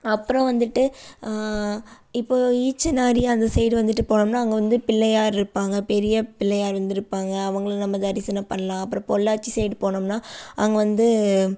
அப்புறம் வந்துட்டு இப்போ ஈச்சனாரி அந்த சைடு வந்துட்டு போனமுன்னா அங்கே வந்து பிள்ளையார் இருப்பாங்க பெரிய பிள்ளையார் வந்து இருப்பாங்க அவர்கள நம்ம தரிசனம் பண்ணலாம் அப்புறம் பொள்ளாச்சி சைடு போனமுன்னா அங்கே வந்து